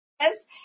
yes